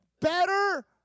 better